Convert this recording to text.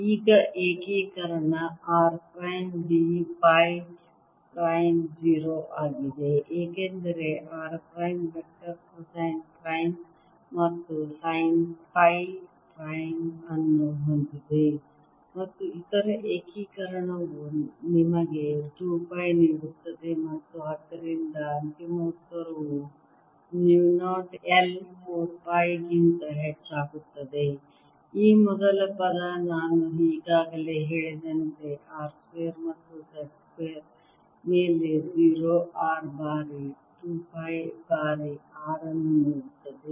ಈಗ ಏಕೀಕರಣ r prime d pi prime 0 ಆಗಿದೆ ಏಕೆಂದರೆ r prime vector cosine prime ಮತ್ತು sin ಪೈ ಪ್ರೈಮ್ ಅನ್ನು ಹೊಂದಿದೆ ಮತ್ತು ಇತರ ಏಕೀಕರಣವು ನಿಮಗೆ 2 ಪೈ ನೀಡುತ್ತದೆ ಮತ್ತು ಆದ್ದರಿಂದ ಅಂತಿಮ ಉತ್ತರವು mu 0 I 4 ಪೈ ಗಿಂತ ಹೆಚ್ಚಾಗುತ್ತದೆ ಈ ಮೊದಲ ಪದ ನಾನು ಈಗಾಗಲೇ ಹೇಳಿದಂತೆ R ಸ್ಕ್ವೇರ್ ಮತ್ತು z ಸ್ಕ್ವೇರ್ ಮೇಲೆ 0 R ಬಾರಿ 2 ಪೈ ಬಾರಿ R ಅನ್ನು ನೀಡುತ್ತದೆ